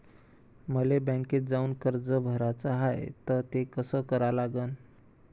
मले बँकेत जाऊन कर्ज भराच हाय त ते कस करा लागन?